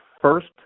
first